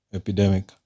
epidemic